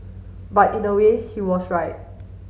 but in a way he was right